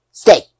Stay